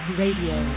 radio